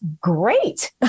great